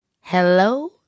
Hello